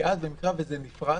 כי ברגע שזה נפרץ,